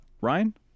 Ryan